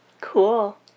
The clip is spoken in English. Cool